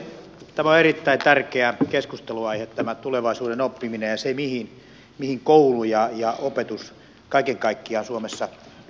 tämä tulevaisuuden oppiminen on erittäin tärkeä keskustelunaihe ja se mihin koulu ja opetus kaiken kaikkiaan suomessa suuntautuvat